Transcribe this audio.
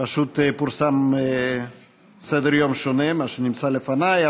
שפשוט פורסם סדר-יום שונה ממה שנמצא לפניי,